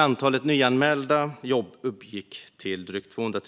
Antalet nyanmälda jobb hos Arbetsförmedlingen uppgick i maj till drygt 200